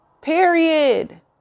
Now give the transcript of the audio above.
Period